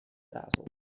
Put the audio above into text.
dazzled